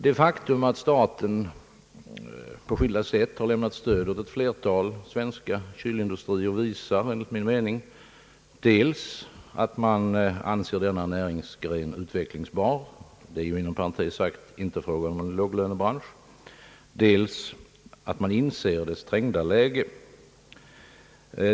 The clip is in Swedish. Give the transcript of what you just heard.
Det faktum att staten på skilda sätt har lämnat stöd åt ett flertal svenska kylindustrier visar enligt min mening dels att man anser denna näringsgren utvecklingsbar — det är inom parentes sagt inte frågan om en låglönebransch — dels att man inser dess trängda läge.